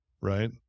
right